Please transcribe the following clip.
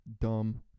dumb